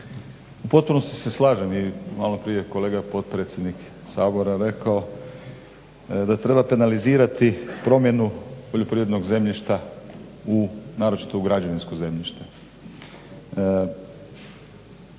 u potpunosti se slažem i malo prije je kolega potpredsjednik sabora rekao da treba penelazirati promjenu poljoprivrednog zemljišta naročito u građevinsko zemljište.